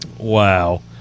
wow